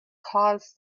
caused